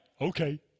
okay